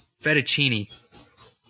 Fettuccine